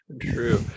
true